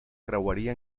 creueria